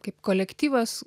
kaip kolektyvas